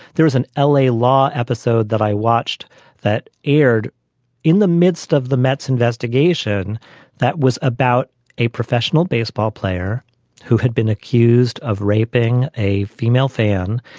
there was an l a. law episode that i watched that aired in the midst of the met's investigation that was about a professional baseball player who had been accused of raping a female fan.